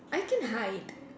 I can hide